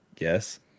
yes